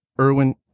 Erwin